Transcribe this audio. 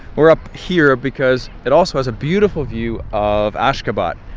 we're up here because it also has a beautiful view of ashgabat,